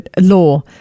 law